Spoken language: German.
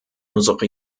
unsere